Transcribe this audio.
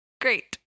Great